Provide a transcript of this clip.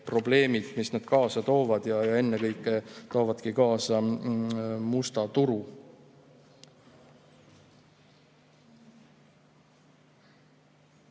probleemid, mis need kaasa toovad. Ennekõike toovadki kaasa musta turu.